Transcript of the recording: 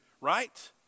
right